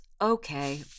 okay